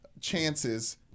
chances